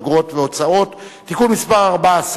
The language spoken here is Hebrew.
אגרות והוצאות (תיקון מס' 14)